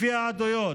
לפי העדויות,